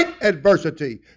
adversity